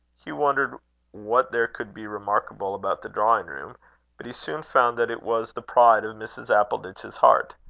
hugh wondered what there could be remarkable about the drawing-room but he soon found that it was the pride of mrs. appleditch's heart.